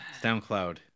SoundCloud